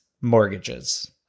mortgages